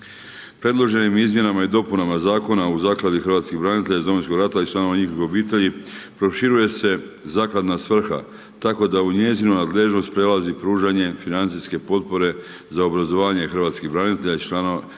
Predloženim izmjenama i dopunama Zakona o Zakladi hrvatskih branitelja iz Domovinskog rata i članova njihovih obitelji proširuje se zakladna svrha, tako da u njezinu nadležnost prelazi pružanje financijske potpore za obrazovanje hrvatskih branitelja i članova